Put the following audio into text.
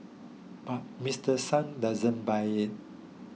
but Mister Sung doesn't buy it